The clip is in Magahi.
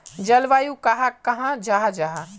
जलवायु कहाक कहाँ जाहा जाहा?